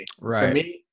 Right